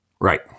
Right